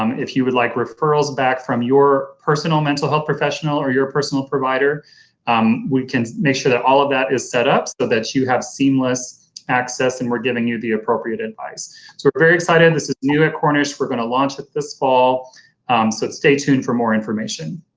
um if you would like referrals back from your personal mental health professional or your personal provider we can make sure that all of that is set up so that you have seamless access and we're giving you the appropriate advice. so we're very excited. this is new at cornish. we're going to launch it this fall, so stay tuned for more information.